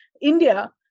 India